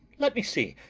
let me see.